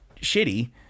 shitty